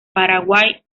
paraguay